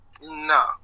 No